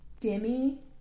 Demi